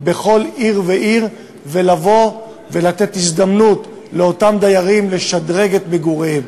בכל עיר ועיר ולתת הזדמנות לדיירים לשדרג את מגוריהם.